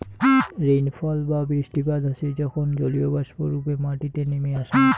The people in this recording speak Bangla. রেইনফল বা বৃষ্টিপাত হসে যখন জলীয়বাষ্প রূপে মাটিতে নেমে আসাং